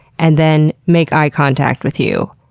and then make eye contact with you,